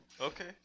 Okay